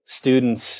students